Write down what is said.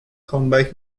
کامبک